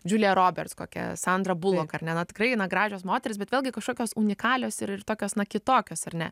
džulija roberts kokia sandra bulok ar ne na tikrai na gražios moterys bet vėlgi kažkokios unikalios ir ir tokios na kitokios ar ne